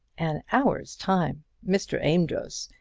an hour's time! mr. amedroz,